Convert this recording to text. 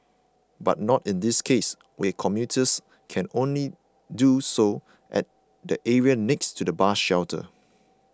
but not in this case where commuters can only do so at the area next to the bus shelter